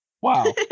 Wow